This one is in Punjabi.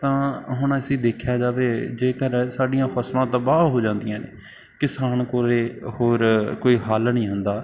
ਤਾਂ ਹੁਣ ਅਸੀਂ ਦੇਖਿਆ ਜਾਵੇ ਜੇਕਰ ਸਾਡੀਆਂ ਫਸਲਾਂ ਤਬਾਹ ਹੋ ਜਾਂਦੀਆਂ ਨੇ ਕਿਸਾਨ ਕੋਲ ਹੋਰ ਕੋਈ ਹੱਲ ਨਹੀਂ ਹੁੰਦਾ